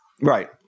Right